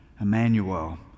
Emmanuel